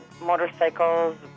motorcycles